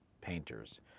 painters